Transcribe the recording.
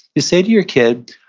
you say to your kid,